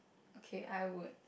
okay I would